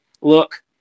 look